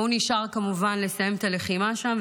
והוא נשאר כמובן לסיים את הלחימה שם,